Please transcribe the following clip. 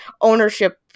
ownership